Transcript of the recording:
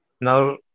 Now